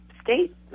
state